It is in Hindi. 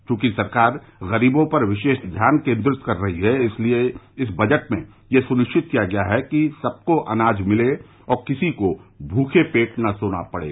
चूंकि सरकार गरीबों पर विशेष ध्यान केन्द्रित कर रही है इसलिए इस बजट में यह सुनिश्चित किया गया है कि सबको अनाज मिले और किसी को भूखे पेट न सोना पड़े